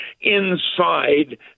inside